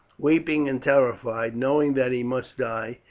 weeping and terrified, knowing that he must die,